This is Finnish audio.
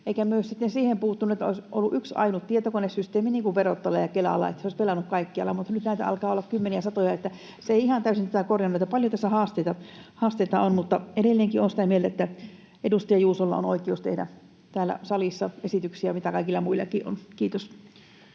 Eikä myös sitten siihen puuttunut, että olisi ollut yksi ainut tietokonesysteemi niin kuin verottajalla ja Kelalla, niin että se olisi pelannut kaikkialla, mutta nyt näitä alkaa olla kymmeniä, satoja. Eli se ei ihan täysin tätä korjannut ja paljon tässä haasteita on. Edelleenkin olen sitä mieltä, että edustaja Juusolla on oikeus tehdä täällä salissa esityksiä, mikä oikeus kaikilla muillakin on. — Kiitos.